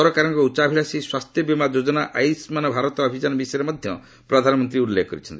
ସରକାରଙ୍କ ଉଚ୍ଚାଭିଳାସୀ ସ୍ୱାସ୍ଥ୍ୟ ବିମା ଯୋଜନା ଆୟୁସ୍ମାନ ଭାରତ ଅଭିଯାନ ବିଷୟରେ ମଧ୍ୟ ପ୍ରଧାନମନ୍ତ୍ରୀ ଉଲ୍ଲେଖ କରିଛନ୍ତି